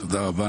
תודה רבה.